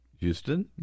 Houston